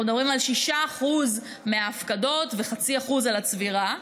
אנחנו מדברים על 6% מההפקדות ו-0.5% על הצבירה.